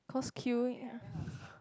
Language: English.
cause queue